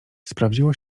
sprawdziło